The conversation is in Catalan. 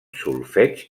solfeig